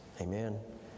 Amen